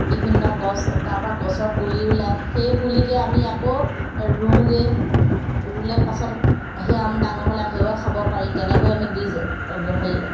বিভিন্ন গছ তাৰপৰা গছৰ পুলি ওলাই সেই পুলিকে আমি আকৌ ৰুওঁগৈ ৰুলে পাছত সেই আম ডাঙৰ হ'লে সেয়াও খাব পাৰি তেনেকৈ আমি বীজ হেৰি